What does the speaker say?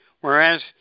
Whereas